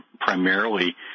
primarily